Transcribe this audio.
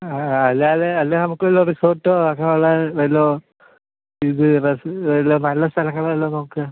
ആ ആ അല്ലാതെ അല്ല നമുക്ക് വല്ല റിസോർട്ടോ അങ്ങനെ ഉള്ള വല്ലതും ഇത് റെസ് വല്ല നല്ല സ്ഥലങ്ങളെല്ലം നോക്കാം